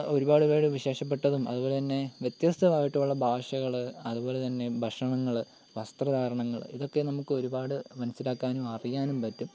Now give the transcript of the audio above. ഒരുപാട് ഒരുപാട് വിശേഷപ്പെട്ടതും അതുപോലെതന്നെ വ്യത്യസ്തമായിട്ടുമുള്ള ഭാഷകൾ അതുപോലെതന്നെ ഭക്ഷണങ്ങൾ വസ്ത്രധാരണങ്ങൾ ഇതൊക്കെ നമ്മക്കൊരുപാട് മനസ്സിലാക്കാനും അറിയാനും പറ്റും